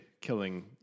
killing